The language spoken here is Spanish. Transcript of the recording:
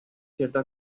cierta